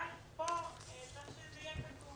אבל פה צריך שזה יהיה כתוב